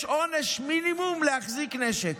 יש עונש מינימום על החזקת נשק,